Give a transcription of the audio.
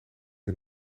het